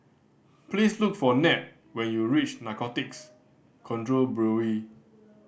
please look for Ned when you reach Narcotics Control Bureau